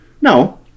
No